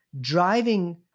driving